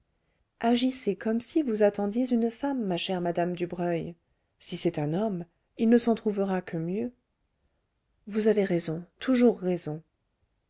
agissez comme si vous attendiez une femme ma chère madame dubreuil si c'est un homme il ne s'en trouvera que mieux vous avez raison toujours raison